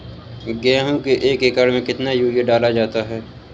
गेहूँ के एक एकड़ में कितना यूरिया डाला जाता है?